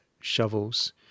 shovels